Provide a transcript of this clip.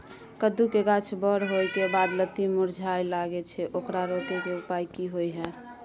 कद्दू के गाछ बर होय के बाद लत्ती मुरझाय लागे छै ओकरा रोके के उपाय कि होय है?